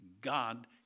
God